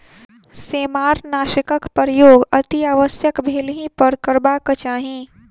सेमारनाशकक प्रयोग अतिआवश्यक भेलहि पर करबाक चाही